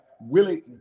Willie